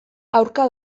aurka